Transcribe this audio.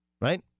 Right